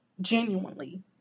genuinely